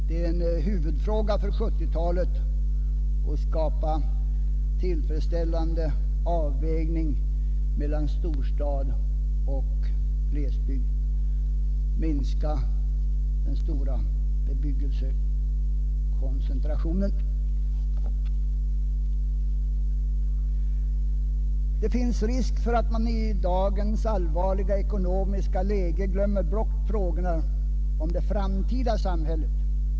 Det är en huvudfråga för 1970-talet att skapa tillfredsställande avvägning mellan storstad och glesbygd, att minska den stora bebyggelsekoncentrationen. Det finns risk för att vi i dagens allvarliga ekonomiska läge glömmer bort frågorna om det framtida samhället.